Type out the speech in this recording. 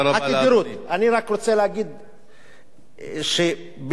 אני רק רוצה להגיד שב-60, רק